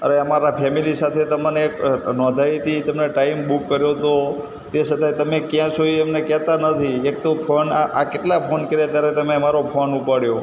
અરે અમારા ફેમિલી સાથે તમને નોંધાવી હતી તમે ટાઈમ બૂક કર્યો હતો તે છતાંય તમે ક્યાં છો તે અમને કહેતા નથી એક તો ફોન આ કેટલા ફોન કર્યા ત્યારે તમે અમારો ઊપાડ્યો